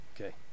Okay